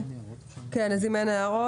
אם אין הערות,